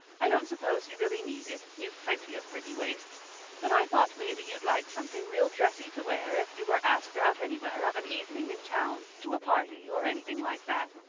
i don't suppose you really need it you've plenty of pretty waists but i thought maybe you'd like something real dressy to wear if you were asked out anywhere of an evening in town, to a party or anything like that.